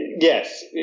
yes